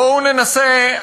בואו ננסה,